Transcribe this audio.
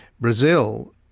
Brazil